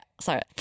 sorry